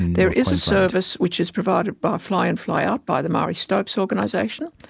there is a service which is provided by fly in, fly out, by the marie stopes organisation,